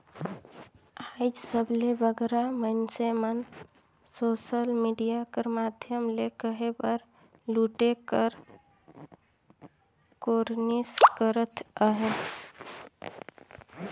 आएज सबले बगरा मइनसे मन सोसल मिडिया कर माध्यम ले कहे बर लूटे कर कोरनिस करत अहें